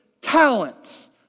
talents